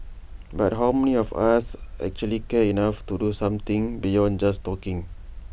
but how many of us actually care enough to do something beyond just talking